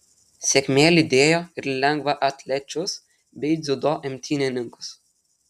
sėkmė lydėjo ir lengvaatlečius bei dziudo imtynininkus